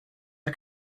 are